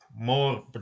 more